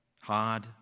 hard